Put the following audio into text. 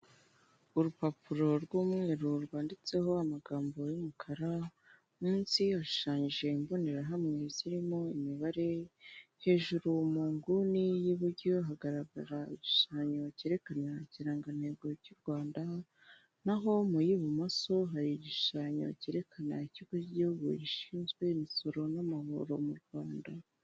Urupapuro rw'umweru rwanditseho amagambo y'umukara munsi hashushanyije imbonerahamwe zirimo imibare hejuru mu nguni y'iburyo hagaragara igishushanyo cyerekana ikirangantego cy'u Rwanda naho mu y'ibumoso hari igishushanyo cyerekana ikigo cy'igihugu gishinzwe imisoro n'amahoro mu Rwanda.